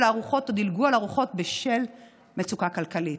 הארוחות או דילגו על ארוחות בשל מצוקה כלכלית,